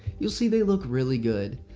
you'll see they look really good.